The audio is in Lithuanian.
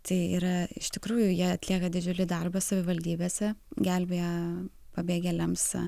tai yra iš tikrųjų jie atlieka didžiulį darbą savivaldybėse gelbėja pabėgėliams